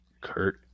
Kurt